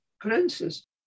princes